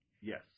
Yes